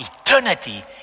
eternity